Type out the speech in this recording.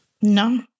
No